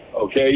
okay